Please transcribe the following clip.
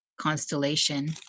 constellation